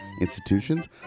institutions